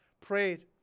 prayed